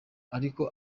ariko